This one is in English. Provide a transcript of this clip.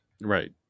right